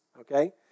okay